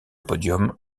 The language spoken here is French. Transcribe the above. podium